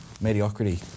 mediocrity